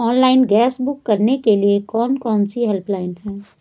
Online gas book करने के लिए कौन कौनसी हेल्पलाइन हैं?